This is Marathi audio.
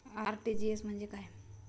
आर.टी.जी.एस म्हणजे काय?